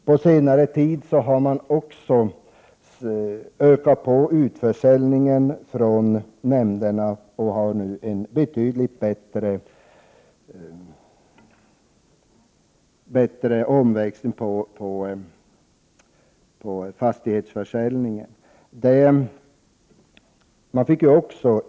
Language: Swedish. På senare tid har nämnderna också ökat utförsäljningen, och man har nu en betydligt större omväxling än tidigare när det gäller fastighetsförsäljningen.